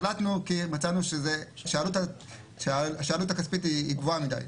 החלטנו כי מצאנו שהעלות הכספית היא גבוהה מדי.